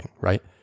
right